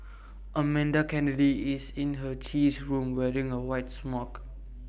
Amanda Kennedy is in her cheese room wearing A white smock